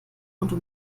und